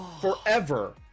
forever